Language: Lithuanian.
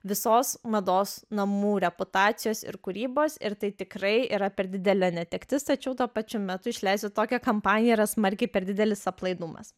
visos mados namų reputacijos ir kūrybos ir tai tikrai yra per didelė netektis tačiau tuo pačiu metu išleisti tokią kampaniją yra smarkiai per didelis aplaidumas